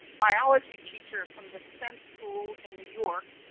biology teacher from the spence school in new york.